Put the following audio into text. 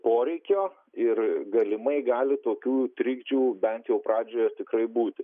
poreikio ir galimai gali tokių trikdžių bent jau pradžioje tikrai būti